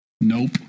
Nope